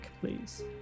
please